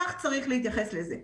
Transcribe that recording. כך צריך להתייחס לזה.